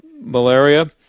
malaria